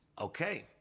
Okay